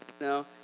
No